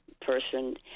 person